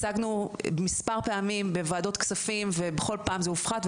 הצגנו הרבה פעמים בוועדות כספים ובכל פעם זה הופחת,